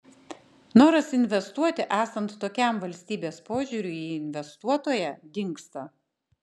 noras investuoti esant tokiam valstybės požiūriui į investuotoją dingsta